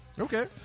Okay